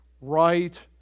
right